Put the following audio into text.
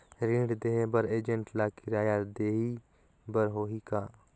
ऋण देहे बर एजेंट ला किराया देही बर होही का?